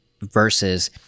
versus